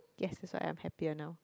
yes that's why I'm happier now